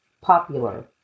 popular